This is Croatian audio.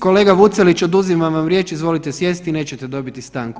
Kolega Vucelić, oduzimam vam riječ, izvolite sjesti i nećete dobiti stanku.